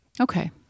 Okay